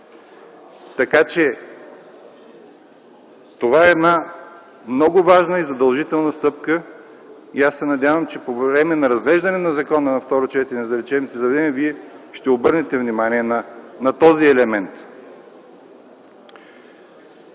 карта. Това е една много важна и задължителна стъпка и аз се надявам, че по време на разглеждане на второ четене на Закона за лечебните заведения Вие ще обърнете внимание на този елемент.